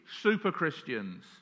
super-Christians